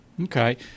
Okay